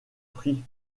prie